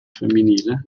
femminile